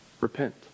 Repent